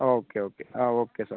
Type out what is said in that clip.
okay okay ആ okay sir